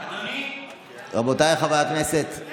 רבותיי חברי הכנסת, רגע.